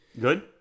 Good